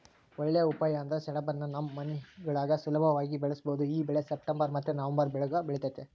ಒಳ್ಳೇ ಉಪಾಯ ಅಂದ್ರ ಸೆಣಬುನ್ನ ನಮ್ ಮನೆಗುಳಾಗ ಸುಲುಭವಾಗಿ ಬೆಳುಸ್ಬೋದು ಈ ಬೆಳೆ ಸೆಪ್ಟೆಂಬರ್ ಮತ್ತೆ ನವಂಬರ್ ಒಳುಗ ಬೆಳಿತತೆ